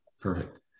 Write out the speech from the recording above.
perfect